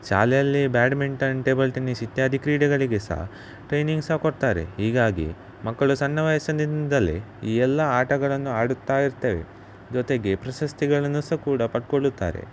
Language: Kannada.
ಶಾಲೆಯಲ್ಲಿ ಬ್ಯಾಡ್ಮಿಂಟನ್ ಟೇಬಲ್ ಟೆನ್ನಿಸ್ ಇತ್ಯಾದಿ ಕ್ರೀಡೆಗಳಿಗೆ ಸಹ ಟ್ರೈನಿಂಗ್ ಸಹ ಕೊಡ್ತಾರೆ ಹೀಗಾಗಿ ಮಕ್ಕಳು ಸಣ್ಣ ವಯಸ್ಸಿನಿಂದಲೇ ಈ ಎಲ್ಲ ಆಟಗಳನ್ನು ಆಡುತ್ತಾ ಇರ್ತವೆ ಜೊತೆಗೆ ಪ್ರಶಸ್ತಿಗಳನ್ನೂ ಸಹ ಕೂಡ ಪಡ್ಕೊಳ್ಳುತ್ತಾರೆ